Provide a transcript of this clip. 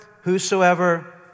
whosoever